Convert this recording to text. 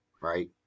right